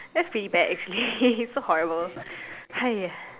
that's pretty bad actually so horrible !haiya!